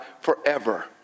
forever